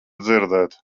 dzirdēt